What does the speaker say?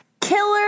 Killer